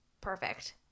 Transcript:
perfect